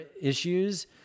issues